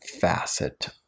facet